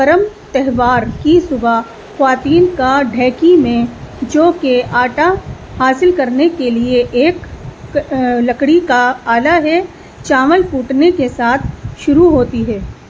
کرم تہوار کی صبح خواتین کا ڈھیکی میں جو کے آٹا حاصل کرنے کیلۓ ایک لکڑی کا آلہ ہے چاول کوٹنے کے ساتھ شروع ہوتی ہے